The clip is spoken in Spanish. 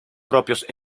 propios